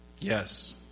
Yes